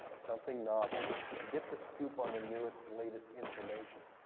something novel, to get the scoop on the newest, latest information,